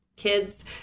kids